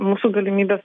mūsų galimybės